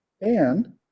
And-